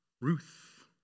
Ruth